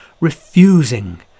refusing